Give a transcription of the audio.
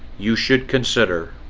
you should consider